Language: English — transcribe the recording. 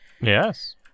Yes